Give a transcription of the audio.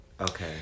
Okay